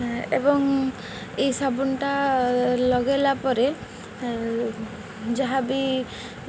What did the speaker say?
ଏବଂ ଏହି ସାବୁନଟା ଲଗାଇଲା ପରେ ଯାହା ବି